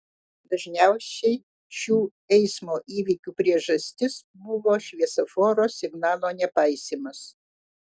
dažniausiai šių eismo įvykių priežastis buvo šviesoforo signalo nepaisymas